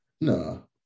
No